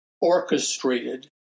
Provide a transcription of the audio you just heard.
orchestrated